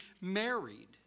married